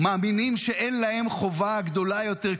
מאמינים שאין להם חובה גדולה יותר,